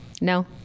no